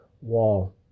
wall